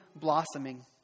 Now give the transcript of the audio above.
blossoming